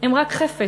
/ הם רק חפץ,